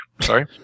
Sorry